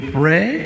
pray